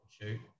shoot